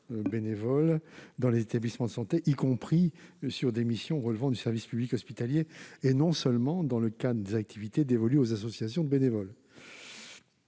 bénévoles dans les établissements de santé, y compris pour des missions relevant du service public hospitalier, et non pas seulement dans le cadre des activités dévolues aux associations de bénévoles.